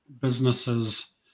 businesses